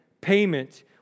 payment